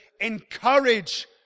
encourage